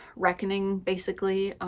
reckoning, basically,